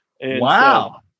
Wow